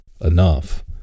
enough